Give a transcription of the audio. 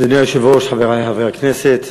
אדוני היושב-ראש, חברי חברי הכנסת,